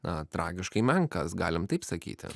na tragiškai menkas galim taip sakyti